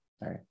right